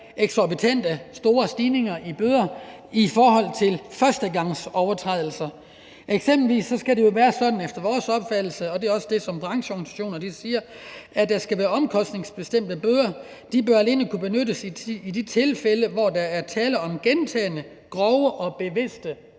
eksorbitante stigninger i bødestørrelser i forbindelse med førstegangsovertrædelser. Eksempelvis skal det jo efter vores opfattelse være sådan – og det er også det, som brancheorganisationer siger – at der skal være omkostningsbestemte bøder. De bør alene kunne benyttes i de tilfælde, hvor der er tale om gentagne, grove og bevidste